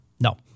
No